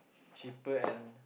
cheaper and